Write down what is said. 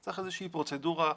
צריך איזושהי פרוצדורה.